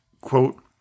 quote